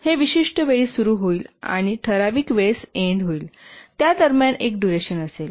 हे विशिष्ट वेळी सुरू होईल आणि ठराविक वेळेस एन्ड होईल आणि त्या दरम्यान एक डुरेशन असेल